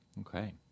Okay